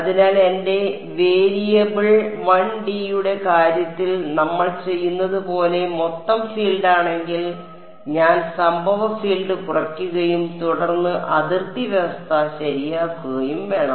അതിനാൽ എന്റെ variable 1D യുടെ കാര്യത്തിൽ നമ്മൾ ചെയ്യുന്നത് പോലെ മൊത്തം ഫീൽഡ് ആണെങ്കിൽ ഞാൻ സംഭവ ഫീൽഡ് കുറയ്ക്കുകയും തുടർന്ന് അതിർത്തി വ്യവസ്ഥ ശരിയാക്കുകയും വേണം